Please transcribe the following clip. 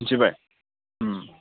मिनथिबाय